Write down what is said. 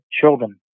children